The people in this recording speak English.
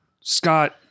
Scott